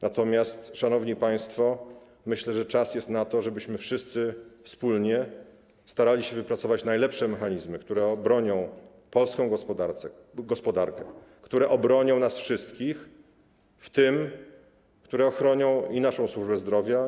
Natomiast, szanowni państwo, myślę, że czas jest na to, żebyśmy wszyscy wspólnie starali się wypracować najlepsze mechanizmy, które obronią polską gospodarkę, które obronią nas wszystkich, w tym ochronią i naszą służbę zdrowia.